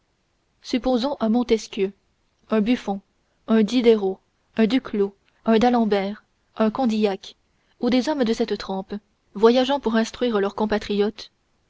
supposons un montesquieu un buffon un diderot un duclos un d'alembert un condillac ou des hommes de cette trempe voyageant pour instruire leurs compatriotes